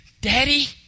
Daddy